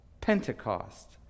Pentecost